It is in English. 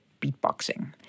beatboxing